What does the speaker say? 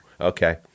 Okay